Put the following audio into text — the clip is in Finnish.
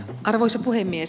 arvoisa puhemies